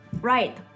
Right